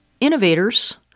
innovators